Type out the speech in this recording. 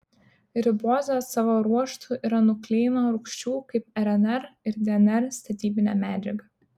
ribozė savo ruožtu yra nukleino rūgščių kaip rnr ir dnr statybinė medžiaga